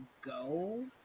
go